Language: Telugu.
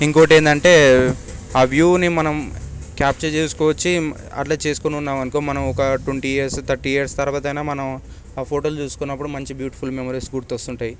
ఇంకొకటి ఏందంటే ఆ వ్యూని మనం క్యాప్చర్ చేసుకోవచ్చు అట్లా చేసుకొనివున్నాం అనుకో మనం ఒక ట్వంటీ ఇయర్స్ థర్టీ ఇయర్స్ తర్వాత అయినా మనం ఆ ఫోటోని చూసుకున్నప్పుడు మంచి బ్యూటిఫుల్ మెమరీస్ గుర్తొస్తుంటాయి